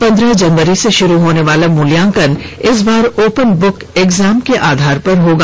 पन्द्रह जनवरी से शुरू होने वाला मूल्यांकन इस बार ओपन बुक इग्जाम के आधार पर होगा